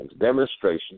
Demonstration